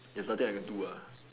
there's nothing I can do what